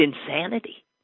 insanity